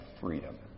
freedom